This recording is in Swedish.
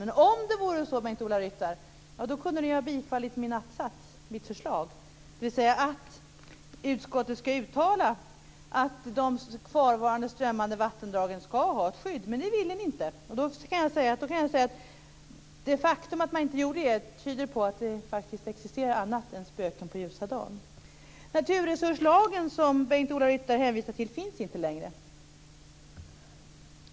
Men om det vore så, Bengt-Ola Ryttar, kunde ni ha tillstyrkt mitt förslag, dvs. att utskottet skall uttala att de kvarvarande strömmande vattendragen skall ha ett skydd. Men det ville ni inte göra. Jag kan då säga att det faktum att man inte gjorde det tyder på att det existerar annat än bara spöken på ljusa dagen. Naturresurslagen, som Bengt-Ola Ryttar hänvisade till, finns inte längre.